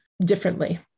differently